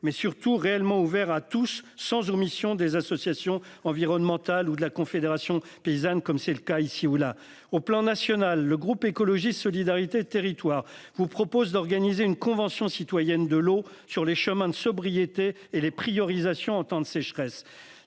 mais surtout réellement ouvert à tous sans omission des associations environnementales ou de la Confédération paysanne comme c'est le cas ici ou là, au plan national. Le groupe écologiste solidarité et territoires vous propose d'organiser une Convention citoyenne de l'eau sur les chemins de sobriété et les priorisation en temps de sécheresse.